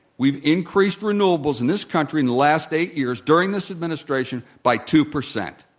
we've increased renewables in this country in the last eight years during this administration by two percent.